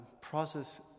process